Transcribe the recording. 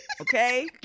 Okay